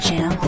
Jam